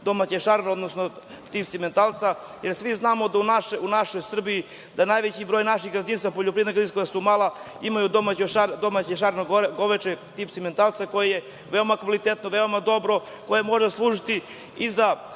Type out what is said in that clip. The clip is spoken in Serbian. domaće šareno, odnosno tip simentalac, jer svi znamo da u našoj Srbiji, da najveći broj naših gazdinstava, poljoprivredna gazdinstva, su mala i imaju domaće šareno goveče, tip simentalac koji je veoma kvalitetno, veoma dobro, koje može služiti i za